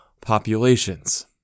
populations